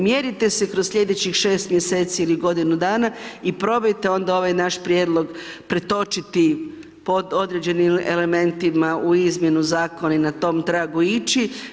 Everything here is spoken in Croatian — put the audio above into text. Mjerite se kroz slijedećih 6 mjeseci ili godinu dana i probajte onda ovaj naš prijedlog pretočiti po određenim elementima u izmjenu zakona i na tom tragu ići.